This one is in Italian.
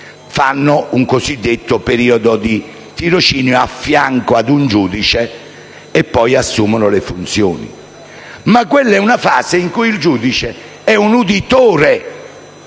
fanno un cosiddetto periodo di tirocinio al fianco di un giudice per poi assumere le funzioni. Quella, però, è una fase in cui il giudice è un uditore